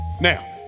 Now